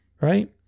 right